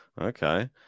okay